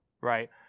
right